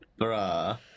Bruh